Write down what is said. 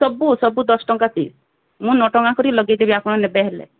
ସବୁ ସବୁ ଦଶ ଟଙ୍କା ପିସ୍ ମୁଁ ନଅ ଟଙ୍କା କରି ଲଗେଇଦେବି ଆପଣ ନେବେ ହେଲେ